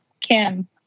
Kim